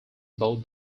both